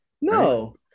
no